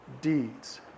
deeds